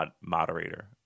moderator